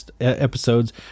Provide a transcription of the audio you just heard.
episodes